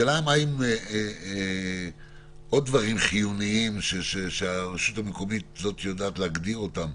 אבל השאלה מה עם עוד דברים חיוניים שהרשות המקומית יודעת להגדיר אותם.